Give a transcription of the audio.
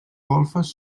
golfes